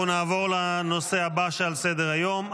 אנחנו נעבור לנושא הבא שעל סדר-היום,